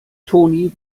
toni